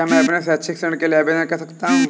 क्या मैं अपने शैक्षिक ऋण के लिए आवेदन कर सकता हूँ?